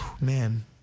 man